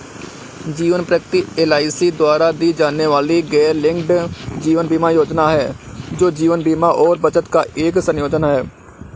जीवन प्रगति एल.आई.सी द्वारा दी जाने वाली गैरलिंक्ड जीवन बीमा योजना है, जो जीवन बीमा और बचत का एक संयोजन है